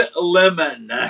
lemon